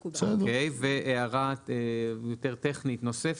אוקיי, והערה יותר טכנית נוספת.